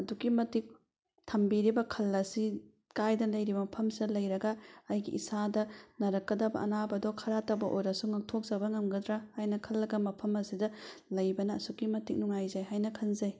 ꯑꯗꯨꯛꯀꯤ ꯃꯇꯤꯛ ꯊꯝꯕꯤꯔꯤꯕ ꯈꯜ ꯑꯁꯤ ꯀꯥꯏꯗꯅ ꯂꯩꯔꯤꯕ ꯃꯐꯝꯁꯤꯗ ꯂꯩꯔꯒ ꯑꯩꯒꯤ ꯏꯁꯥꯗ ꯅꯥꯔꯛꯀꯗꯕ ꯑꯅꯥꯕ ꯑꯗꯣ ꯈꯔꯇꯕꯨ ꯑꯣꯏꯔꯁꯨ ꯉꯥꯛꯊꯣꯛꯆꯕ ꯉꯝꯒꯗ꯭ꯔꯥ ꯍꯥꯏꯅ ꯈꯜꯂꯒ ꯃꯐꯝ ꯑꯁꯤꯗ ꯂꯩꯕꯅ ꯑꯁꯨꯛꯀꯤ ꯃꯇꯤꯛ ꯅꯨꯡꯉꯥꯏꯖꯩ ꯍꯥꯏꯅ ꯈꯟꯖꯩ